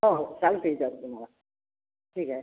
हो चालते चालते मला ठीक आहे